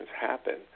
happen